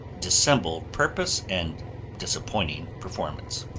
dissembled purpose and disappointing performance.